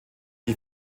die